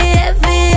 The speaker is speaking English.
heavy